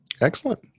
Excellent